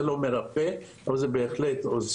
זה לא מרפא, אבל זה בהחלט עוזר.